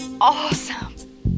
awesome